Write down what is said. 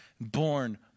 born